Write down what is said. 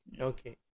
Okay